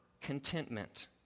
contentment